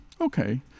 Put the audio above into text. okay